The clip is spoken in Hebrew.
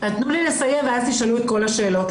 תנו לי לסיים ואז תשאלו את כל השאלות.